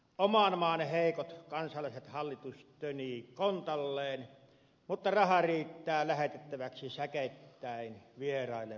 oman maan heikot kansalaiset hallitus tönii kontalleen mutta rahaa riittää lähetettäväksi säkeittäin vieraille valtioille